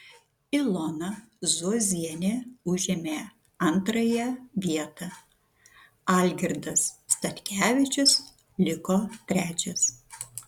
ilona zuozienė užėmė antrąją vietą algirdas statkevičius liko trečias